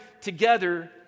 together